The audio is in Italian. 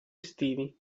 estivi